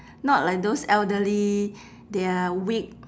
not like those elderly they are weak